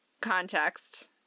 context